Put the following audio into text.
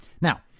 Now